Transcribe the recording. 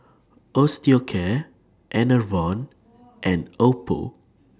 Osteocare Enervon and Oppo